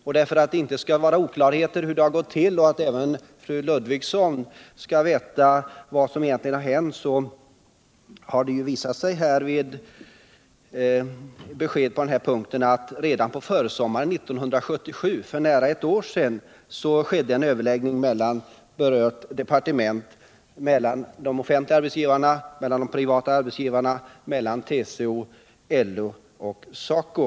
Och för att det inte skall råda någon oklarhet om hur det har gått till samt för att också fru Ludvigsson skall veta vad som verkligen har hänt vill jag upplysa om tre saker. För det första hölls redan på försommaren 1977. alltså för nära ett år sedan, överläggningar mellan berört departement, de offentfiga och privata arbetsgivarna, TCO, LO och SACO.